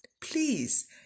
Please